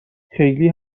خیلی